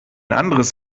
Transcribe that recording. anderes